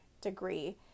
degree